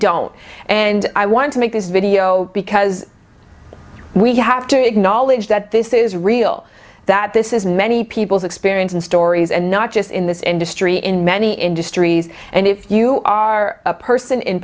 don't and i want to make this video because we have to acknowledge that this is real that this is many people's experience and stories and not just in this industry in many industries and if you are a person in